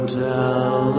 tell